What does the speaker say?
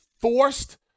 forced